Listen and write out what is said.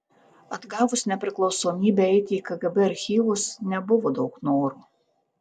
atgavus nepriklausomybę eiti į kgb archyvus nebuvo daug noro